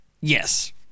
Yes